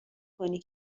کنی